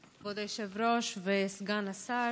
כבוד היושב-ראש וסגן השר,